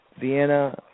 Vienna